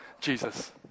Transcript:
Jesus